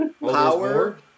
Power